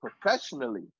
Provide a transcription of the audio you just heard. professionally